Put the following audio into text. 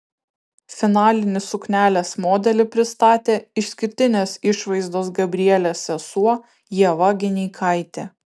finalinį suknelės modelį pristatė išskirtinės išvaizdos gabrielės sesuo ieva gineikaitė